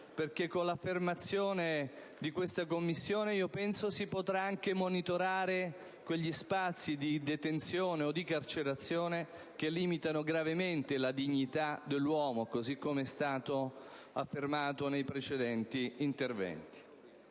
perché, con l'affermazione di questa Commissione, io penso che si potranno anche monitorare quegli spazi di detenzione o di carcerazione che limitano gravemente la dignità dell'uomo, così com'è stato affermato nei precedenti interventi.